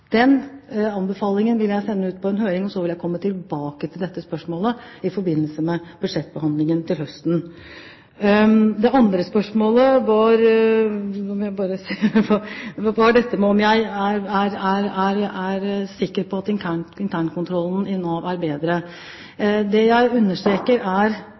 Den anbefalingen vil jeg sende ut på høring, og så vil jeg komme tilbake til dette spørsmålet i forbindelse med budsjettbehandlingen til høsten. Det andre spørsmålet gjaldt dette med om jeg er sikker på at internkontrollen i Nav er